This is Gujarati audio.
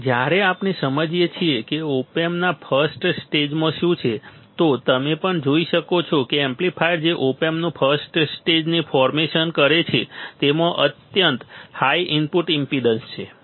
તેથી જ્યારે આપણે સમજીએ છીએ કે ઓપ એમ્પના ફર્સ્ટ સ્ટેજમાં શું છે તો તમે પણ જોઈ શકો છો કે એમ્પ્લીફાયર જે ઓપ એમ્પના ફર્સ્ટ સ્ટેજની ફોર્મેશન કરે છે તેમાં અત્યંત હાઈ ઇનપુટ ઈમ્પેડન્સ છે